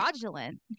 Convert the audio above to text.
fraudulent